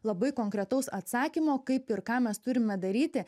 labai konkretaus atsakymo kaip ir ką mes turime daryti